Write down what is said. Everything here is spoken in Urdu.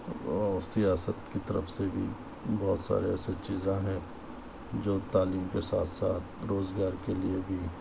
اور سیاست کی طرف سے بھی بہت سارے ایسے چیزاں ہیں جو تعلیم کے ساتھ ساتھ روزگار کے لئے بھی